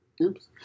Oops